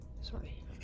Sorry